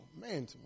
man